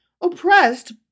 oppressed